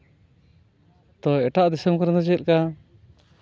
ᱛᱚ ᱮᱴᱟᱜ ᱫᱤᱥᱚᱢ ᱠᱚᱨᱮ ᱫᱚ ᱪᱮᱫᱞᱮᱠᱟ